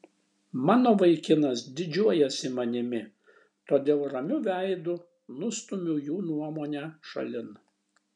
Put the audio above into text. mano vaikinas didžiuojasi manimi todėl ramiu veidu nustumiu jų nuomonę šalin